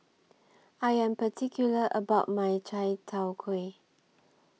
I Am particular about My Chai Tow Kway